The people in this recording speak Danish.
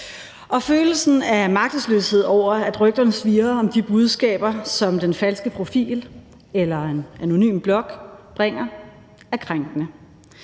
følelsen af magtesløshed over, at rygterne svirrer om de budskaber, som den falske profil eller en anonym blog bringer, er krænkende.